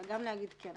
אלא גם להגיד כן.